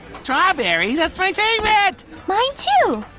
strawberry? that's my favorite! mine too.